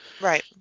Right